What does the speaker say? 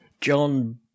John